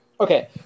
okay